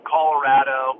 Colorado